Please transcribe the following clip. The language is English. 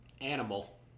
Animal